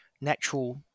natural